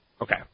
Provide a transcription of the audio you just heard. Okay